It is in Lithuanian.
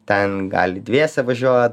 ten gali dviese važiuot